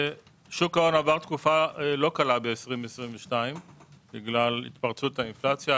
שוק ההון עבר תקופה לא קלה ב-2022 בגלל התפרצות האינפלציה,